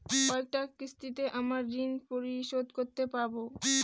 কয়টা কিস্তিতে আমাকে ঋণ পরিশোধ করতে হবে?